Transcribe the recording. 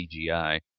CGI